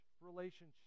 relationship